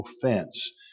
offense